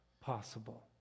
possible